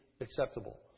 acceptable